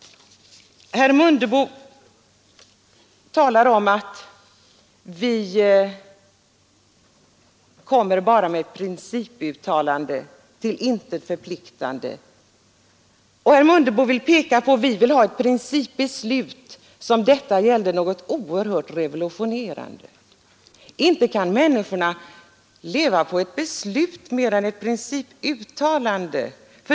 Herr Mundebo talade om att utskottsmajoriteten bara önskar ett principuttalande, som till intet förpliktar, medan reservanterna vill ha ett principbeslut — som om detta gällde något oerhört revolutionerande. Men inte kan människorna leva på ett principbeslut.